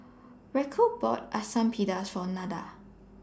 Racquel bought Asam Pedas For Nada